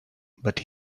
but